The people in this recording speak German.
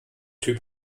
typ